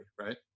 right